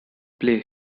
play